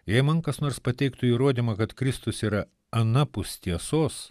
jei man kas nors pateiktų įrodymą kad kristus yra anapus tiesos